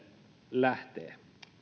lähtee